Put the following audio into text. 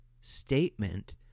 statement